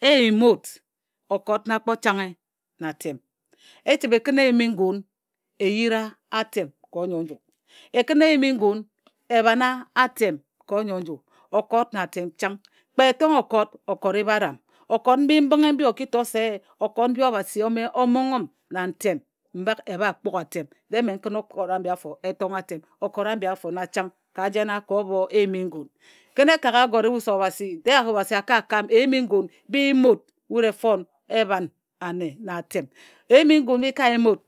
e yim wut okot na kpo changhe na atem. E chǝbhe e kǝna eyim i ngun e yira atem ka onyoe nju. E kǝna eyim ngun e bhana atem ka onyoe nju. Okot na atem chang kpe e tonghe okot, okot i beram. O kot mbi mbǝnghe mbi o ki to se ee okot mbi Obhasi ome o monghe m ntem m bak e bha kpughe atem dee mme n kǝn okot ambi afo e tonghe atem, okot ambi afo na changka jena, ko obho eyim i ngun. Kǝn e kagha agore wut se Obhasi dee Obhasi a ka kam eyim i ngun bi yim wut e fon ebhan na ane na atem Eyim i ngun